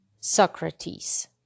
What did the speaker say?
Socrates